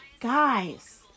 guys